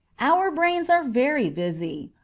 our brains are very busy.